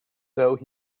though